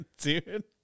dude